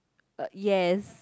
uh yes